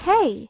Hey